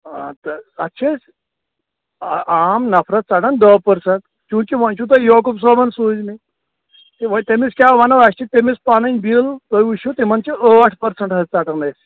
اَدٕ سا تَتھ چھِ أسۍ آ عام نفرس ژَٹان داہ پٔرسنٛٹ چوٗنٛکہِ وۄنۍ چھِو تُہۍ یٮعقوٗب صٲبن سوٗزۍمٕتۍ تہٕ وۅنۍ تٔمِس کیٛاہ وَنو اَسہِ چھِ تٔمِس پنٔنۍ بِل تُہۍ وُچھِو تِمن چھِ أٹھ پٔرسنٛٹ حظ ژٹان أسۍ